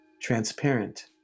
transparent